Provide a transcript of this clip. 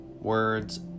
words